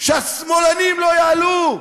שהשמאלנים לא יעלו.